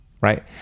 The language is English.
Right